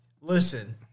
Listen